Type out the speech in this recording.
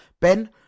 Ben